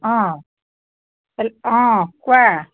অঁ হেল্ অঁ কোৱা